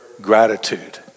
gratitude